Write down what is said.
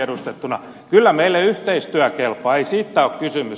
kyllä meille yhteistyö kelpaa ei siitä ole kysymys